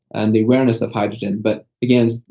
and the awareness of hydrogen but, again,